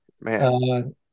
Man